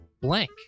blank